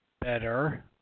better